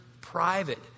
private